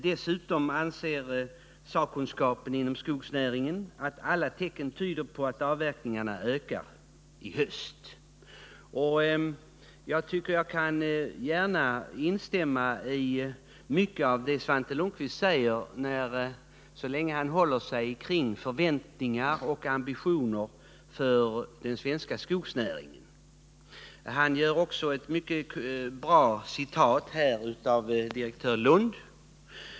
Dessutom anser sakkunskapen inom skogsnäringen att alla tecken tyder på att avverkningarna kommer att öka i höst. Jag kan gärna instämma i mycket av det Svante Lundkvist säger, så länge han håller sig till förväntningar och ambitioner för den svenska skogsnäringen. Han citerar också vad direktör Lundh mycket bra har sagt.